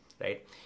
right